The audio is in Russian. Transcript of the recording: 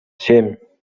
семь